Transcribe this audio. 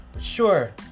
sure